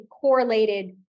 correlated